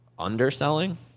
underselling